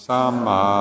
Sama